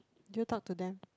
do you talk to them